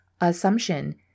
assumption